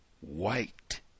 White